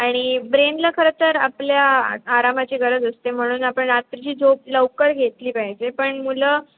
आणि ब्रेनला खरं तर आपल्या आ आरामाची गरज असते म्हणून आपण रात्रीची झोप लवकर घेतली पाहिजे पण मुलं